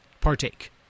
partake